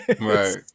right